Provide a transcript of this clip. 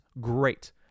great